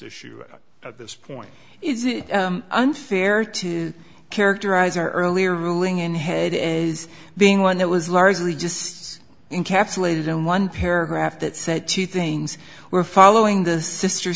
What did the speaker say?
issue at this point is it unfair to characterize our earlier ruling in head as being one that was largely just in capsulated in one paragraph that said two things were following this sister